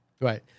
Right